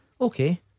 okay